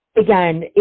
again